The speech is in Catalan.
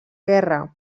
guerra